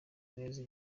neza